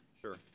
Sure